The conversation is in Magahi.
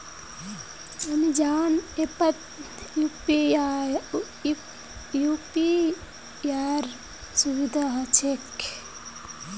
अमेजॉन ऐपत यूपीआईर सुविधा ह छेक